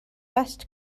best